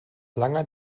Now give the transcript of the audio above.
langer